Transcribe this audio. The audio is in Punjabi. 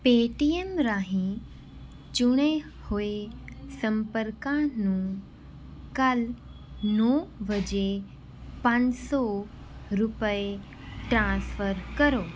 ਪੇਟੀਐੱਮ ਰਾਹੀਂ ਚੁਣੇ ਹੋਏ ਸੰਪਰਕਾਂ ਨੂੰ ਕੱਲ੍ਹ ਨੌ ਵਜੇ ਪੰਜ ਸੌ ਰੁਪਏ ਟ੍ਰਾਂਸਫਰ ਕਰੋ